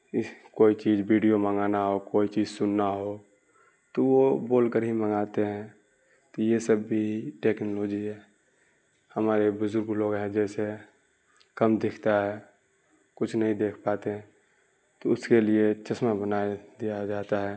اس کوئی چیز بیڈیو منگانا ہو کوئی چیز سننا ہو تو وہ بول کر ہی منگاتے ہیں تو یہ سب بھی ٹیکنالوجی ہے ہمارے بزرگ لوگ ہیں جیسے کم دکھتا ہے کچھ نہیں دیکھ پاتے ہیں تو اس کے لیے چشمہ بنا دیا جاتا ہے